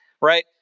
right